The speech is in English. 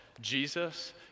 Jesus